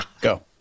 go